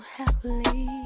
happily